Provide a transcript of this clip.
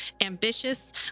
ambitious